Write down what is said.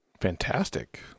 Fantastic